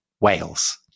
Wales